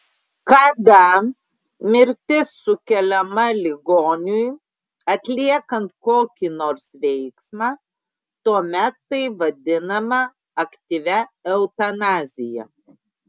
kada mirtis sukeliama ligoniui atliekant kokį nors veiksmą tuomet tai vadinama aktyvia eutanazija